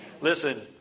Listen